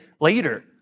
later